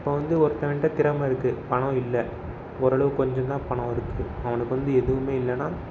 இப்போ வந்து ஒருத்தவன்கிட்ட திறமை இருக்குது பணம் இல்லை ஓரளவுக்கு கொஞ்சம் தான் பணம் இருக்குது அவனுக்கு வந்து எதுவுமே இல்லைனா